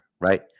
right